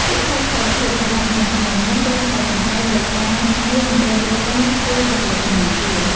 ពាក្យថា "ស្ថិរភាព" សម្រាប់មនុស្សជំនាន់មុន ច្រើនតែសំដៅលើការងារមន្ត្រីរាជការ ឬបុគ្គលិកធនាគារ។